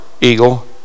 eagle